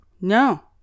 No